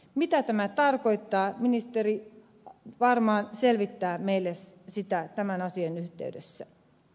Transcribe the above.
mitä tämä tarkoittaa ministeri varmaan selvittää meille sitä tämän asian yhteydessä